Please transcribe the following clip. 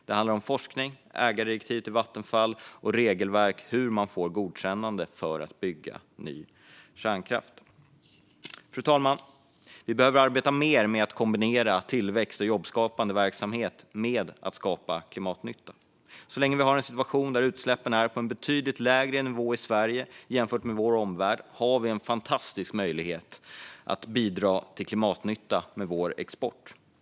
Det handlar om forskning, ägardirektiv till Vattenfall och regelverk för hur man får godkännande för att bygga ny kärnkraft. Fru talman! Vi behöver arbeta mer med att kombinera tillväxt och jobbskapande verksamhet med att skapa klimatnytta. Så länge vi har en situation där utsläppen ligger på en betydligt lägre nivå i Sverige jämfört med vår omvärld har vi en fantastisk möjlighet att bidra till klimatnytta med vår export.